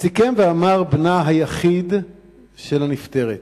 סיכם ואמר בנה היחיד של הנפטרת: